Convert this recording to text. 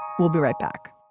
we'll be right back